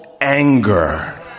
anger